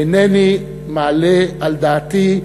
אינני מעלה על דעתי,